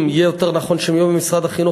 אם יהיה יותר נכון שהם יהיו במשרד החינוך,